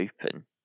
open